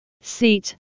Seat